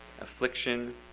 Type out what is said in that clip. affliction